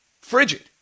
frigid